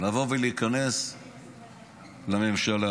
לבוא ולהיכנס לממשלה,